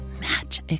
match